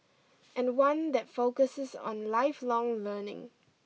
and one that focuses on lifelong learning